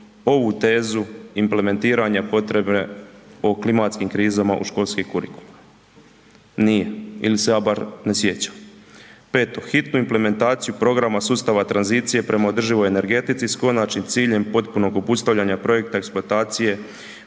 ovu tezu implementiranja potrebe o klimatskim krizama u školske kurikulume, nije, ili se ja bar ne sjećam. Peto, hitnu implementaciju programa sustava tranzicije prema održivoj energetici s konačnim ciljem potpunog obustavljanja projekta eksploatacije